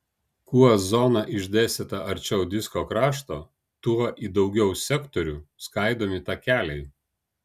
kuo zona išdėstyta arčiau disko krašto tuo į daugiau sektorių skaidomi takeliai